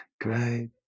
Great